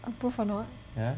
approve or not